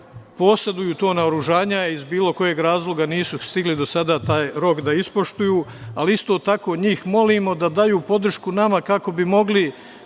poseduju to naoružanje i iz bilo kojeg razloga nisu stigli do sada taj rok da ispoštuju, ali isto tako ih molimo da daju podršku nama kako bi mogli